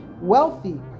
wealthy